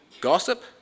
gossip